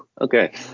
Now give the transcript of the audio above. Okay